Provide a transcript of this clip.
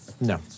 No